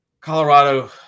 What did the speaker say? Colorado